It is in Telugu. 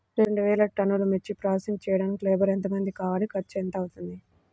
రెండు వేలు టన్నుల మిర్చి ప్రోసెసింగ్ చేయడానికి లేబర్ ఎంతమంది కావాలి, ఖర్చు ఎంత అవుతుంది?